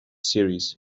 series